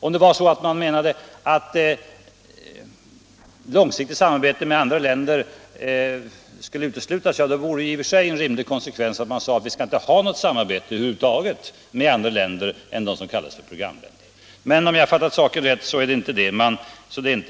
En logisk konsekvens vore att man sade att vi över huvud taget inte skall ha något samarbete med andra länder än de som kallas programländer. Men om jag fattat saken rätt, är det inte det man vill.